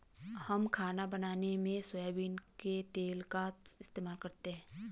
हम खाना बनाने में सोयाबीन के तेल का इस्तेमाल करते हैं